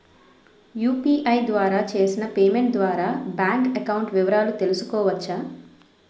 UPI ద్వారా చేసిన payment ద్వారా బ్యాంక్ అకౌంట్ వివరాలు తెలుసుకోవచ్చ?